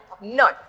No